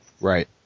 Right